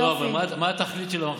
לא, אבל מה התכלית של המחסום?